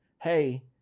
hey